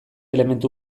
elementu